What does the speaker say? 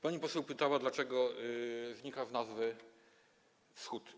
Pani poseł pytała, dlaczego znika z nazwy „wschód”